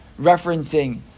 referencing